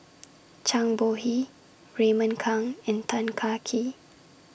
Zhang Bohe Raymond Kang and Tan Kah Kee